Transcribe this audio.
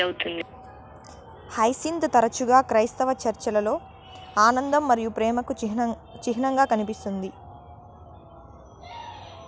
hyacinth తరచుగా క్రైస్తవ చర్చిలలో ఆనందం మరియు ప్రేమకు చిహ్నంగా కనిపిస్తుంది